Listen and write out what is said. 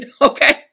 Okay